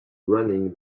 running